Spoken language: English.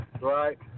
right